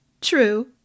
True